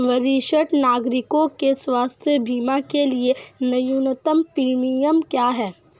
वरिष्ठ नागरिकों के स्वास्थ्य बीमा के लिए न्यूनतम प्रीमियम क्या है?